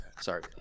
sorry